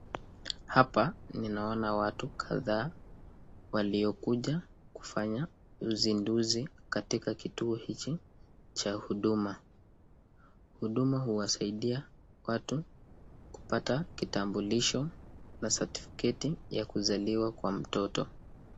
Hapa ninaona watu kadhaa waliokuja kufanya uzinduzi katika kituo hichi cha huduma. Huduma huwasaidia watu kupata kitabulisho na certificate ya kuzaliwa kwa mtoto.